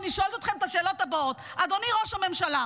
ואני שואלת אתכם את השאלות הבאות: אדוני ראש הממשלה,